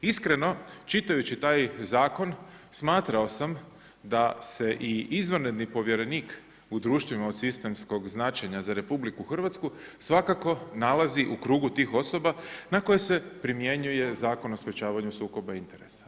Iskreno, čitajući taj zakon smatrao sam da se i izvanredni povjerenik u društvima od sistemskog značenja za RH svakako nalazi u krugu tih osoba na koje se primjenjuje Zakon o sprječavanju sukoba interesa.